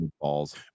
balls